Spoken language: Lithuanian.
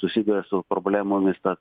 susiduria su problemomis tas